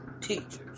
teachers